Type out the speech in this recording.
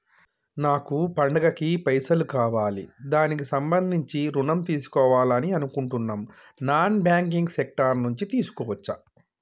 నాకు పండగ కి పైసలు కావాలి దానికి సంబంధించి ఋణం తీసుకోవాలని అనుకుంటున్నం నాన్ బ్యాంకింగ్ సెక్టార్ నుంచి తీసుకోవచ్చా?